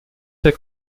der